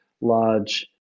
large